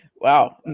Wow